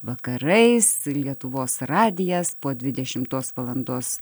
vakarais lietuvos radijas po dvidešimtos valandos